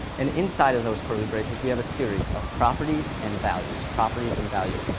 and inside of those curly braces we have a series of properties and values, properties and values,